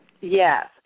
Yes